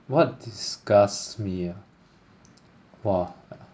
what disgusts me ah !wah!